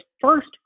first